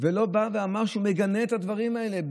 ולא בא ואמר שהוא מגנה את הדברים האלה,